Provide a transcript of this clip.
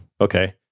Okay